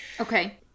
Okay